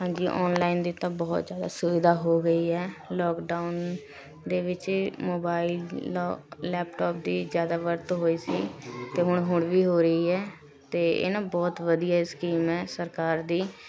ਹਾਂਜੀ ਔਨਲਾਈਨ ਦੀ ਤਾਂ ਬਹੁਤ ਜ਼ਿਆਦਾ ਸੁਵਿਧਾ ਹੋ ਗਈ ਹੈ ਲੋਕਡਾਊਨ ਦੇ ਵਿੱਚ ਮੋਬਾਈਲ ਲ ਲੈਪਟੋਪ ਦੀ ਜ਼ਿਆਦਾ ਵਰਤੋਂ ਹੋਈ ਸੀ ਅਤੇ ਹੁਣ ਹੁਣ ਵੀ ਹੋ ਰਹੀ ਹੈ ਅਤੇ ਇਹ ਨਾ ਬਹੁਤ ਵਧੀਆ ਹੈ ਸਕੀਮ ਹੈ ਸਰਕਾਰ ਦੀ